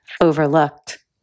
overlooked